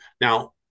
Now